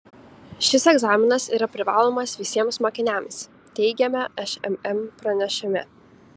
šis egzaminas yra privalomas visiems mokiniams teigiame šmm pranešime